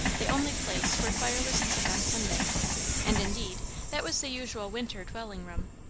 the only place where fire was kept on sunday and indeed that was the usual winter dwelling-room,